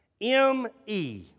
M-E